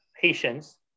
patients